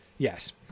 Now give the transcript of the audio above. Yes